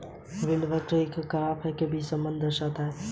yield curve एक graph है जो बीच के संबंध को दर्शाता है